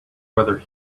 weather